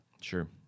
Sure